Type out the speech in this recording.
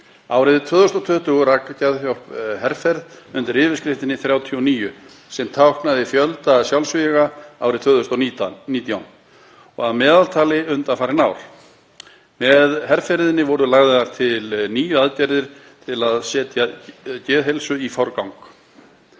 Árið 2020 rak Geðhjálp herferð undir yfirskriftinni 39, sem táknaði fjölda sjálfsvíga árið 2019 og að meðaltali undanfarin ár. Með herferðinni voru lagðar til níu aðgerðir til að setja geðheilsu í forgang.